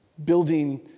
Building